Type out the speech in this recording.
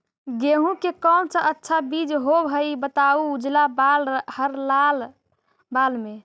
गेहूं के कौन सा अच्छा बीज होव है बताहू, उजला बाल हरलाल बाल में?